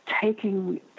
taking